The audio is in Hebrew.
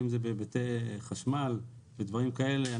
אם זה בהיבטי חשמל ודברים כאלה,